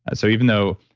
and so even though,